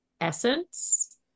essence